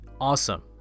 awesome